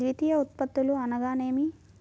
ద్వితీయ ఉత్పత్తులు అనగా నేమి?